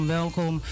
welkom